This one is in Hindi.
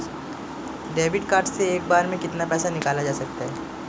डेबिट कार्ड से एक बार में कितना पैसा निकाला जा सकता है?